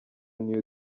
new